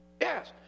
Yes